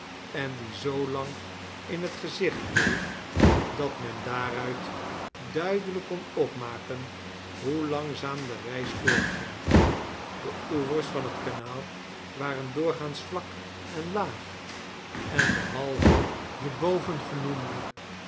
en die zoolang in het gezicht bleef dat men daaru it duidelijk kon opmaken hoe langzaam de reis voortging de oevers van het kanaal waren doorgaans vlak en laag en behalve de bovengenoemde